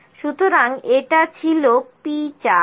সুতরাং এটা ছিল P চার্ট